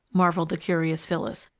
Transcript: marveled the curious phyllis.